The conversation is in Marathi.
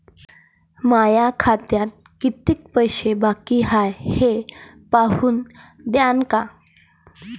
माया खात्यात कितीक पैसे बाकी हाय हे पाहून द्यान का?